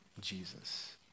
Jesus